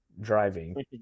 driving